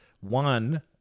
One